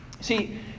See